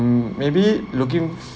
hmm maybe looking